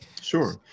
Sure